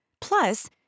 Plus